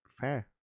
fair